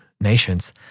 nations